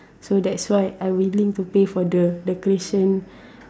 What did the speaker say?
so that's why I willing to pay for the decoration